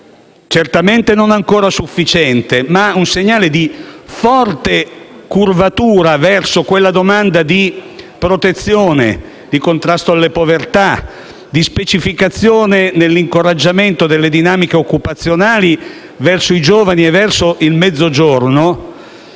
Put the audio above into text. certamente non ancora sufficiente, ma dà un'indicazione di forte curvatura verso la domanda di protezione, di contrasto alla povertà, di specificazione nell'incoraggiamento delle dinamiche occupazionali verso i giovani e verso il Mezzogiorno